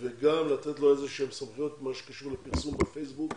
וגם לתת לו איזה שהן סמכויות במה שקשור לפרסום בפייסבוק,